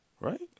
Right